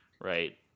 right